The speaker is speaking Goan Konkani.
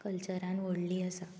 कल्चरान व्हडली आसा